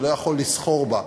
שלא יכול לסחור בה,